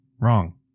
Wrong